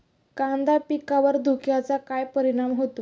कांदा पिकावर धुक्याचा काय परिणाम होतो?